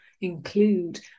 include